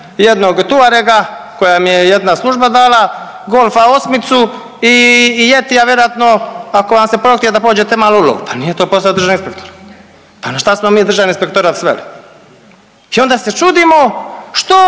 jednog Touarega koji vam je jedna služba dala, Golfa 8 i Yetia vjerojatno ako se prohtije da pođete malo u lov. Pa nije to posao državni inspektore. Pa na šta smo mi Državni inspektorat sveli i onda se čudimo što